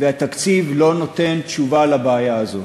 והתקציב לא נותן תשובה לבעיה הזאת.